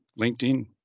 LinkedIn